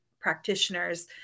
practitioners